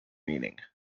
meaning